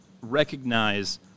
recognize